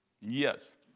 Yes